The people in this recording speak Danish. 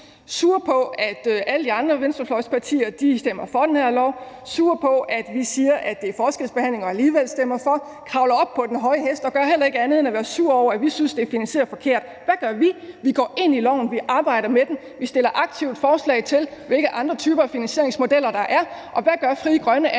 sure over, at alle de andre venstrefløjspartier stemmer for den her lov, sure over, at vi siger, at det er forskelsbehandling, og at vi alligevel stemmer for – og kravler op på den høje hest og gør heller ikke andet end at være sure over, at vi synes, det er finansieret forkert. Hvad gør vi? Vi går ind i loven. Vi arbejder med den. Vi stiller aktivt forslag om, hvilke andre typer af finansieringsmodeller der er. Og hvad gør Frie Grønne andet